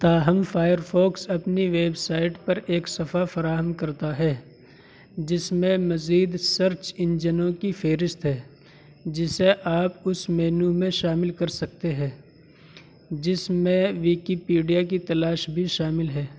تاہم فائرفاکس اپنی ویبسائٹ پر ایک صفحہ فراہم کرتا ہے جس میں مزید سرچ انجنوں کی فہرست ہے جسے آپ اس مینو میں شامل کر سکتے ہیں جس میں ویکیپیڈیا کی تلاش بھی شامل ہے